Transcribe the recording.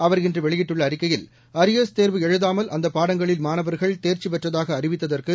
அவர் இன்று வெளியிட்டுள்ள அறிக்கையில் அரியர்ஸ் தேர்வு எழுதாமல் அந்தப் பாடங்களில் மாணவர்கள் தேர்ச்சி பெற்றதாக அறிவித்ததற்கு